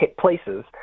places